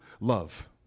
love